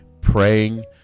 praying